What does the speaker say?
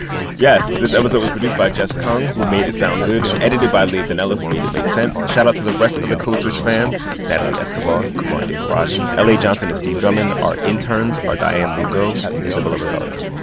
yes this episode was produced by jess kung who made it sound good and edited by leah donnella who made it make sense. shout out to the rest of the code switch fam natalie escobar, kumari devarajan, la johnson and steve drummond. our interns are dianne lugo and isabella rosario.